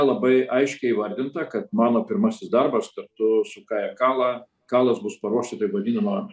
labai aiškiai įvardinta kad mano pirmasis darbas kartu su kaja kala kalos bus paruošti taip vadinamą